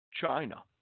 China